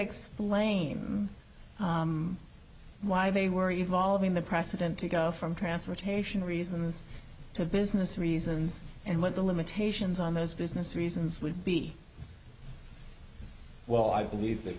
explain why they were evolving the precedent to go from transportation reasons to business reasons and what the limitations on those business reasons would be well i believe that